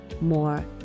more